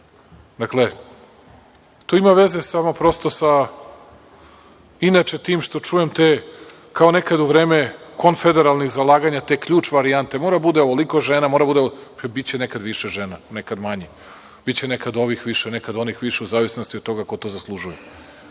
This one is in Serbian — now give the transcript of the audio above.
to ima veze prosto sa, inače tim što čujem te, kao nekad u vreme konfederalnih zalaganja, te ključ varijante. Mora da bude toliko žena, mora da bude toliko. Biće nekada više žena, nekad manje, biće nekad ovih više, nekad onih više u zavisnosti od toga ko to zaslužuje